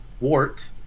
Wart